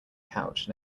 couch